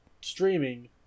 streaming